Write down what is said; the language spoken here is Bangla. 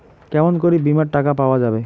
কেমন করি বীমার টাকা পাওয়া যাবে?